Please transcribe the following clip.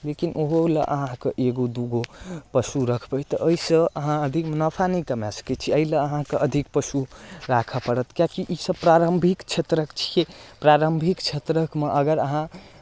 लेकिन ओहो लेल अहाँकेँ एगो दूगो पशु रखबै तऽ एहिसँ अहाँ अधिक मुनाफा नहि कमाए सकै छी एहि लेल अहाँकेँ अधिक पशु राखय पड़त किएकि ईसभ प्रारम्भिक क्षेत्रक छियै प्रारम्भिक क्षेत्रक मे अगर अहाँ